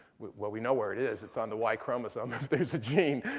well, we know where it is. it's on the y chromosome, if there's a gene.